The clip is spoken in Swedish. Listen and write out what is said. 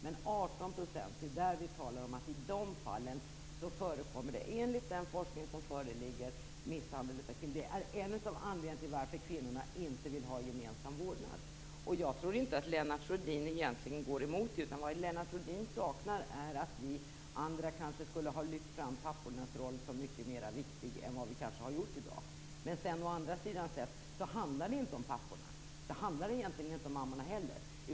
Men i 18 % av fallen, och det är dem vi talar om, förekommer det enligt den forskning som föreligger misshandel av kvinnan. Det är en av anledningarna till att kvinnorna inte vill ha gemensam vårdnad. Jag tror inte att Lennart Rohdin egentligen går emot det, utan det Lennart Rohdin saknar är att vi andra kanske skulle ha lyft fram pappornas roll som mycket viktigare än vi har gjort i dag. Men det handlar inte om papporna. Det handlar egentligen inte om mammorna heller.